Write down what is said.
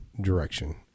direction